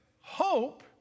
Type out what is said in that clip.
Hope